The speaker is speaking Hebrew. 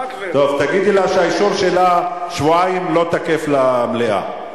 תגידי לה שהאישור שלה לא יהיה תקף שבועיים במליאה.